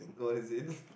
what is it